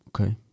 okay